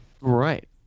Right